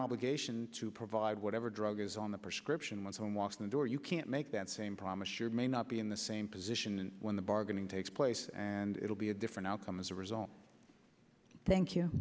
obligation to provide whatever drugs on the prescription once one was in the door you can't make that same promise you're may not be in the same position and when the bargaining takes place and it will be a different outcome as a result thank you